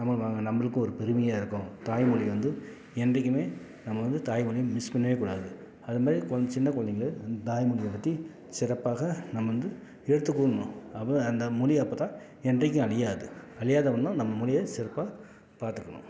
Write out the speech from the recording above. நம்மளை வா நம்மளுக்கும் ஒரு பெருமையாக இருக்கும் தாய்மொழி வந்து என்றைக்குமே நம்ம வந்து தாய்மொழியை மிஸ் பண்ணவே கூடாது அது மாதிரி கொஞ்சம் சின்ன குலந்தைங்கள நம்ம தாய்மொழியை பற்றி சிறப்பாக நம்ம வந்து எடுத்துக்கூறணும் அப்போதான் அந்த மொழி அப்போ தான் என்றைக்கும் அழியாது அழியாத வண்ணம் நம்ம மொழியை சிறப்பாக பார்த்துக்கணும்